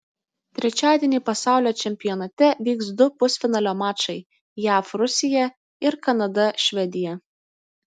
trečiadienį pasaulio čempionate vyks du pusfinalio mačai jav rusija ir kanada švedija